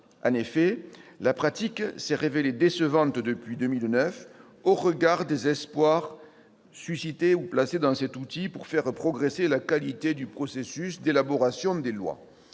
En effet, la pratique s'est révélée décevante depuis 2009 au regard des espoirs placés dans cet outil pour faire progresser la qualité du processus d'élaboration des lois.